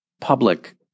public